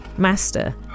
Master